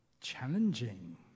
challenging